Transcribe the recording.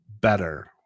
better